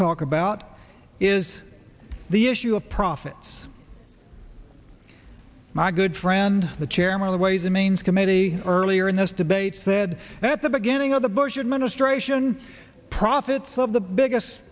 talk about is the issue of profits my good friend the chairman of the ways and means committee earlier in this debate they had at the beginning of the bush administration profits of the biggest